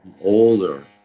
older